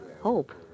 hope